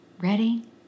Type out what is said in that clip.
ready